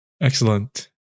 excellent